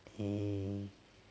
um